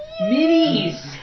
Minis